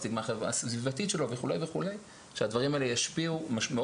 הסטיגמה הסביבתית שלו וכו' שהדברים האלה ישפיעו מאוד